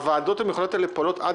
הוועדות המיוחדות האלה פועלות עד